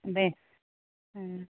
हँ